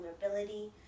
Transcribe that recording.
vulnerability